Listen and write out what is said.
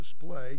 display